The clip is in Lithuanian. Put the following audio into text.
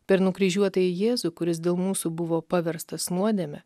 per nukryžiuotąjį jėzų kuris dėl mūsų buvo paverstas nuodėme